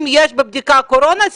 אם יש בבדיקה קורונה,